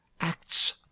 acts